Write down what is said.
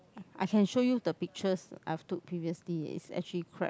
I can show you the pictures I've took previously it's actually crap